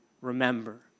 remember